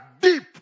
deep